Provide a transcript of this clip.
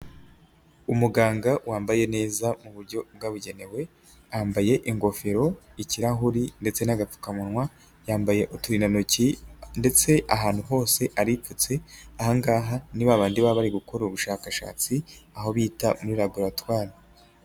Umuganga wambaye neza mu buryo bwabugenewe, yambaye ingofero, ikirahuri ndetse n'agapfukamunwa, yambaye uturindantoki ndetse ahantu hose aripfutse. Aha ngaha ni ba bandi baba bari gukora ubushakashatsi aho bita muri labaratwari.